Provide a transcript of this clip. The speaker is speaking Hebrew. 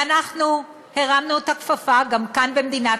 ואנחנו הרמנו את הכפפה גם כאן במדינת